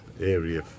area